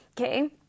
okay